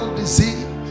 disease